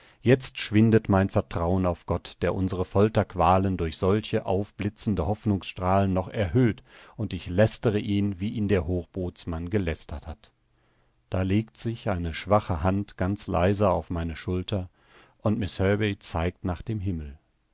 jetzt schwindet mein vertrauen auf gott der unsere folterqualen durch solche aufblitzende hoffnungsstrahlen noch erhöht und ich lästere ihn wie ihn der hochbootsmann gelästert hat da legt sich eine schwache hand ganz leise auf meine schulter und miß herbey zeigt nach dem himmel